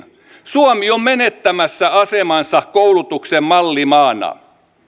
suomi on menettämässä asemaansa koulutuksen mallimaana